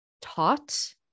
taught